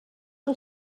que